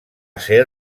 ser